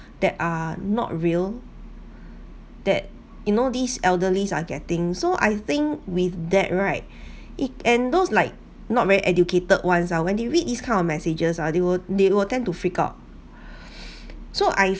that are not real that you know these elderly are getting so I think with that right it and those like not very educated ones ah when they read this kind of messages ah they will they will tend to freak out so I